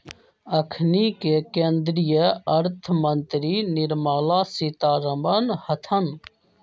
अखनि के केंद्रीय अर्थ मंत्री निर्मला सीतारमण हतन